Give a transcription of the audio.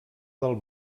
del